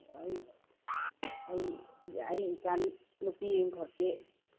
ꯑꯩ ꯑꯩ ꯑꯩ ꯏꯆꯥ ꯅꯨꯄꯤ ꯑꯃꯈꯛꯀꯤ